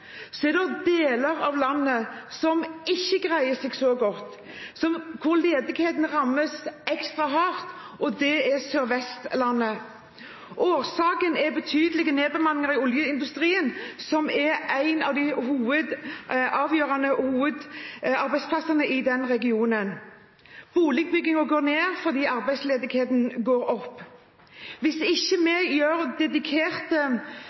hvor ledigheten rammer ekstra hardt, og det er Sør-Vestlandet. Årsaken er betydelige nedbemanninger i oljeindustrien, som er en av de avgjørende hovedarbeidsplassene i regionen. Boligbyggingen går ned fordi arbeidsledigheten går opp. Hvis vi ikke setter inn dedikerte